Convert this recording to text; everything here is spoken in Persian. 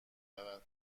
رود